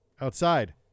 Outside